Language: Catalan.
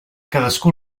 cadascú